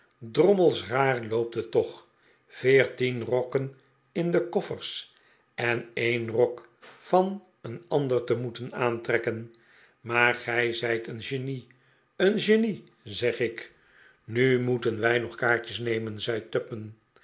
drommels raar loopt het toch veertien rokken in de koffers en een rok van een ande'r te moeten aantrekken maar gij zijt een genie een genie zeg ik nu moeten wij nog kaartjes nemen zei tupman